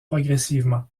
progressivement